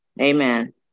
Amen